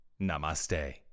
Namaste